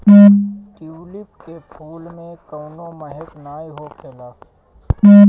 tulip के फूल में कवनो महक नाइ होखेला